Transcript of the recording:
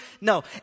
No